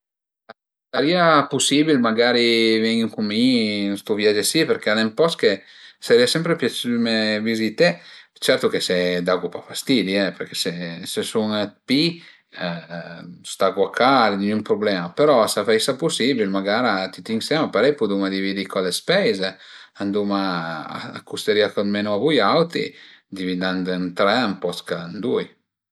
A sarìa pusibul magari ven-i co mi ën sto viage si perché al e ün post ch'a sarìa sempre piazüme vizité, certo che se dagu pa fastidi e perché se sun d'pi stagu a ca, gnün prublema, però s'a föisa pusibil magara tüti ënsema parei puduma dividi co le speize, anduma, a custerìa co d'menu a vui auti dividand ën tre al post ch'ën dui